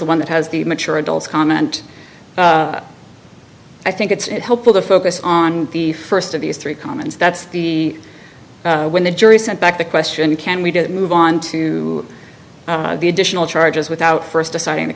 the one that has the mature adults comment i think it's helpful to focus on the first of these three comments that's the when the jury sent back the question can we just move on to the additional charges without first assigning the